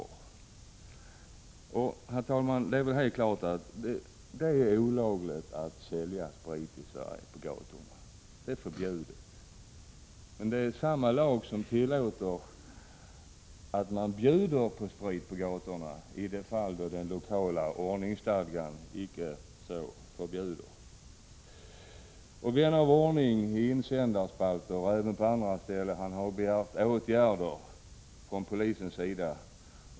ÖMärgärder motillé Herr talman! Det är helt klart att det är olagligt att sälja sprit på gatorna i DTE ; j RE å ä : galspritförsäljning i Sverige. Men det är samma lagstiftning som tillåter att man bjuder på sprit på Malmö gatorna, om inte den lokala ordningsstadgan förbjuder det. Vän av ordning har i insändarspalter och även på andra håll begärt åtgärder från polisens sida.